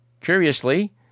Curiously